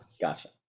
gotcha